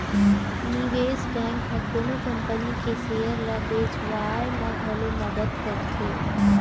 निवेस बेंक ह कोनो कंपनी के सेयर ल बेचवाय म घलो मदद करथे